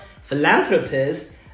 philanthropist